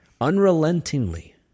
unrelentingly